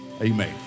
Amen